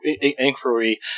inquiry